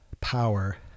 power